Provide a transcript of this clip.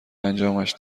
انجامش